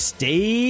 Stay